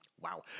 Wow